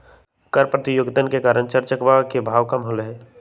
कर प्रतियोगितवन के कारण चर चकवा के भाव कम होलय है